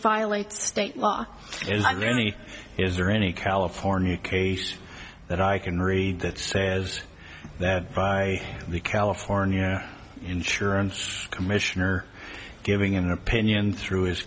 violates state law is there any is there any california case that i can read that says that by the california insurance commissioner giving an opinion through his